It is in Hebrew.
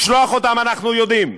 לשלוח אותם אנחנו יודעים.